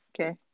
okay